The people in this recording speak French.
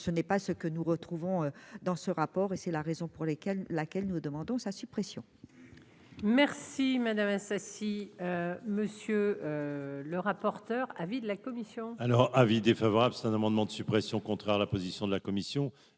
ce n'est pas ce que nous retrouvons dans ce rapport et c'est la raison pour laquelle, laquelle nous demandons sa suppression. Merci madame Assassi, monsieur le rapporteur, avis de la commission. Alors avis défavorable, c'est un amendement de suppression, contraire à la position de la commission